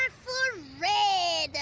for red.